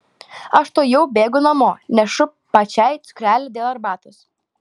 aš tuojau bėgu namo nešu pačiai cukrelio dėl arbatos